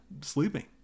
sleeping